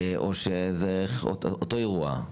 או שזה אותו אירוע?